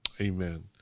Amen